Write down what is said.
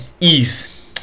eve